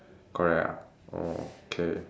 correct ah oh K